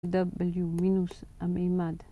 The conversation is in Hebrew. W מינוס המימד